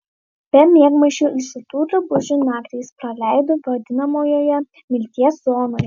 be miegmaišio ir šiltų drabužių naktį jis praleido vadinamojoje mirties zonoje